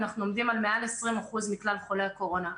אנחנו עומדים על מעל 20% מכלל חולי הקורונה.